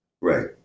Right